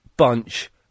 Bunch